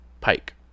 Pike